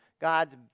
God's